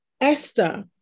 Esther